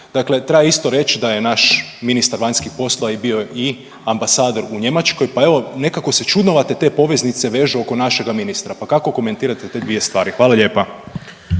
Dakle, treba isto reć da je naš ministar vanjskih poslova bio i ambasador u Njemačkoj, pa evo nekako su čudnovate te poveznice vežu oko našega ministra, pa kako komentirat te dvije stvari. Hvala lijepa.